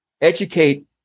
educate